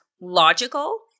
logical